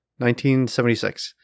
1976